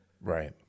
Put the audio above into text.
Right